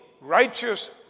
righteous